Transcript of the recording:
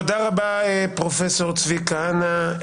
תודה רבה פרופ' צבי כהנא.